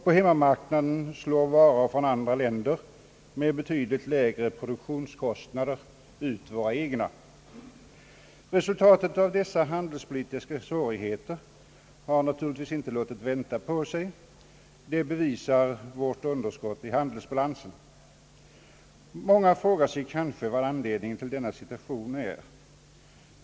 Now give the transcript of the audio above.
På hemmamarknaden slår varor från andra länder med betydligt lägre produktionskostnader ut våra egna. Resultatet av dess handelspolitiska svårigheter har naturligtvis inte låtit vänta på sig, det bevisar vårt underskott i handelsbalansen. Många frågar sig kanske vad anledningen till denna situation är.